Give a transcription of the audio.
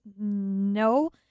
No